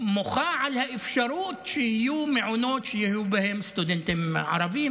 שמוחה על האפשרות שיהיו מעונות שיהיו בהם סטודנטים ערבים,